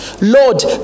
Lord